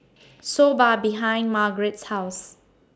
Soba behind Margarett's House